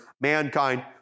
mankind